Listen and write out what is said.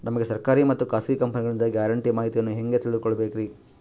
ನಮಗೆ ಸರ್ಕಾರಿ ಮತ್ತು ಖಾಸಗಿ ಕಂಪನಿಗಳಿಂದ ಗ್ಯಾರಂಟಿ ಮಾಹಿತಿಯನ್ನು ಹೆಂಗೆ ತಿಳಿದುಕೊಳ್ಳಬೇಕ್ರಿ?